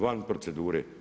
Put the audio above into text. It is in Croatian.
Van procedure.